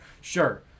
sure